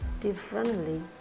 differently